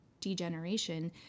degeneration